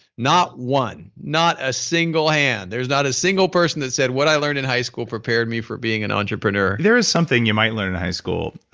not one, not a single hand. there's not a single person that said what i learned in high school prepared me for being an entrepreneur there is something you might learn and high school.